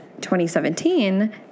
2017